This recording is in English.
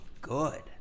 good